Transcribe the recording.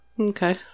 Okay